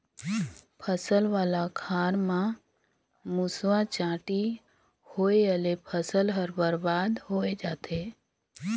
फसल वाला खार म मूसवा, चांटी होवयले फसल हर बरबाद होए जाथे